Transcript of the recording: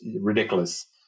ridiculous